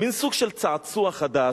מין סוג של צעצוע חדש,